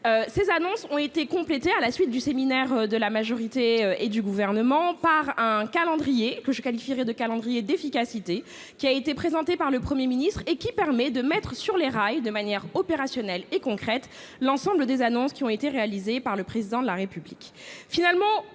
ces annonces ont été complétés à la suite du séminaire de la majorité et du gouvernement par un calendrier que je qualifierais de calendrier d'efficacité qui a été présenté par le 1er ministre et qui permet de mettre sur les rails de manière opérationnelle et concrète l'ensemble des annonces qui ont été réalisées par le président de la République,